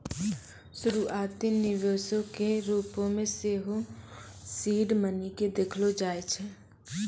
शुरुआती निवेशो के रुपो मे सेहो सीड मनी के देखलो जाय छै